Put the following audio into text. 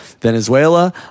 Venezuela